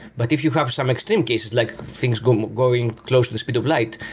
but if you have some extreme cases, like things going going close to the speed of light,